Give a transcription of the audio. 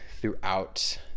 throughout